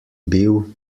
bil